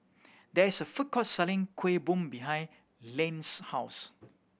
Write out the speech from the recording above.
there is a food court selling Kueh Bom behind Len's house